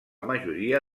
majoria